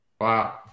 Wow